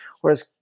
Whereas